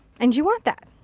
and you want that.